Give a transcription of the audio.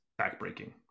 backbreaking